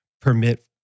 permit